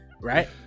right